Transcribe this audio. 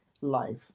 Life